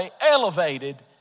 elevated